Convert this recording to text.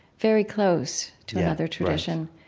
very close to another tradition?